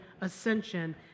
ascension